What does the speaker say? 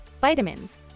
vitamins